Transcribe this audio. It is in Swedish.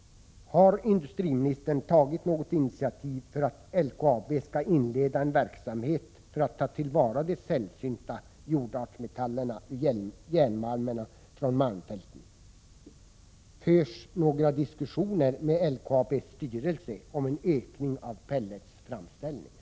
Har industriministern tagit något initiativ för att LKAB skall inleda en verksamhet för att ta till vara de sällsynta jordartsmetallerna ur järnmalmerna från malmfälten? Förs några diskussioner med LKAB:s styrelse om en ökning av pelletsframställningen?